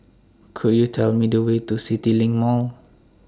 Could YOU Tell Me The Way to CityLink Mall